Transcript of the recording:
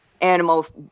animals